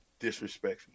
disrespecting